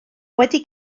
wedi